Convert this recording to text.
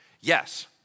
Yes